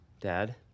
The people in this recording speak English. Dad